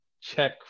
check